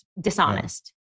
Dishonest